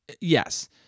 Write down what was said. yes